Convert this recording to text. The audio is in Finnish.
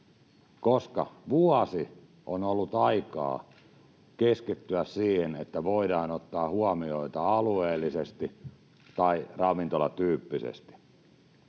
laiskoja. Vuosi on ollut aikaa keskittyä siihen, että voidaan ottaa huomioon tämä alueellisesti tai ravintolatyyppisesti.